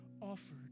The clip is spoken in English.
offered